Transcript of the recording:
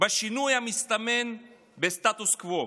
מהשינוי המסתמן בסטטוס קוו.